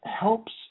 helps